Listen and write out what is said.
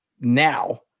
now